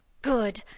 good!